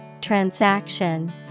Transaction